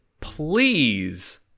please